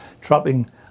trapping